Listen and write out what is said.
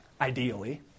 ideally